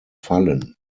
fallen